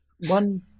one